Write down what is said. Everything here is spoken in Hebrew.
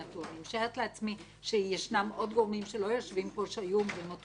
אני משערת שיש עוד גורמים שלא יושבים פה שהיו אומרים אותו דבר,